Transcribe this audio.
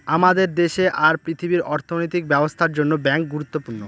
আমাদের দেশে আর পৃথিবীর অর্থনৈতিক ব্যবস্থার জন্য ব্যাঙ্ক গুরুত্বপূর্ণ